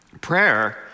Prayer